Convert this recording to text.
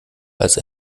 als